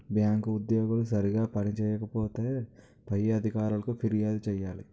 bank ఉద్యోగులు సరిగా పని చేయకపోతే పై అధికారులకు ఫిర్యాదు చేయాలి